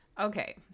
Okay